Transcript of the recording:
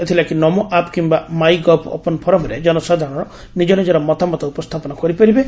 ଏଥିଲାଗି ନମୋ ଆପ୍ କିୟା my gov open ଫୋରମ୍ରେ ଜନସାଧାରଣ ନିଜ ନିଜର ମତାମତ ଉପସ୍ତାପନ କରିପାରିବେ